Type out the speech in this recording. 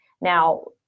Now